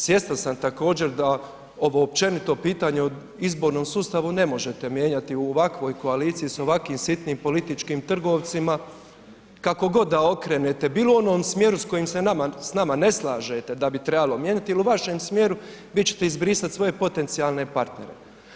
Svjestan sam također da ovo općenito pitanje o izbornom sustavu ne možete mijenjati u ovakvoj koaliciji sa ovakvim sitnim političkim trgovcima kako god da okrenete bilo u onom smjeru s kojim se s nama ne slažete da bi trebalo mijenjati ili u vašem smjeru vi ćete izbrisati svoje potencijalne partnere.